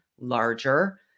larger